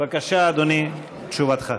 בבקשה, אדוני, תשובתך.